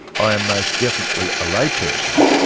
i am most definitely a layperson,